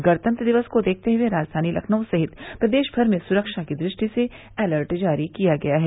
गणतंत्र दिवस को देखते हुए राजधानी लखनऊ सहित प्रदेश भर में सुरक्षा की दृष्टि से अलर्ट जारी किया गया है